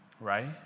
right